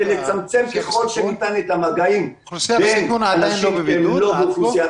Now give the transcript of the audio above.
לצמצם ככל שניתן את המגעים בין אנשים שהם לא באוכלוסיית